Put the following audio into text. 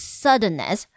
suddenness